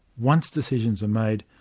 once decisions are made,